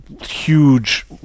huge